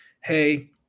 hey